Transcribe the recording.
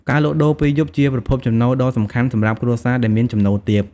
ការលក់ដូរពេលយប់ជាប្រភពចំណូលដ៏សំខាន់សម្រាប់គ្រួសារដែលមានចំណូលទាប។